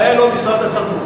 הבעיה היא לא משרד התרבות.